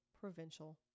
Provincial